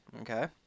Okay